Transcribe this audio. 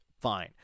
fine